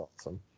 awesome